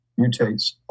mutates